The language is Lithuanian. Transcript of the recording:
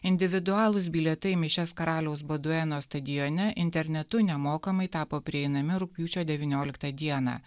individualūs bilietai į mišias karaliaus bodueno stadione internetu nemokamai tapo prieinami rugpjūčio devynioliktą dieną